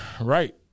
Right